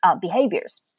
behaviors